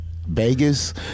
Vegas